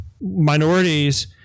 minorities